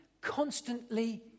constantly